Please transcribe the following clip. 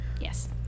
yes